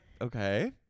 okay